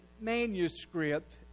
manuscript